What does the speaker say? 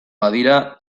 badira